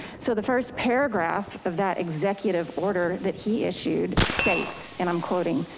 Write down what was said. so the first paragraph of that executive order that he issued states and i'm quoting,